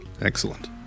Excellent